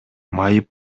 майып